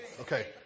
okay